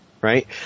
right